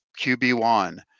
QB1